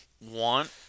want